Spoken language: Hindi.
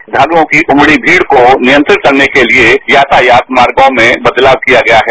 श्रद्वालुओं की उमड़ी भीड़ को नियंत्रित करने के लिए यातायात मार्गो में बदलाव किया गया है